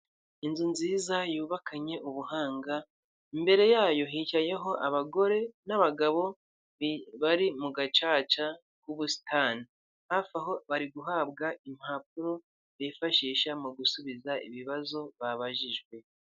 Inzu nziza yubakanye ubuhanga, imbere yayo hicayeho abagore n'abagabo bari mu gacaca k'ubusitani, hafi aho bari guhabwa impapuro bifashisha mu gusubiza ibibazo babajijwe.